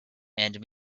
and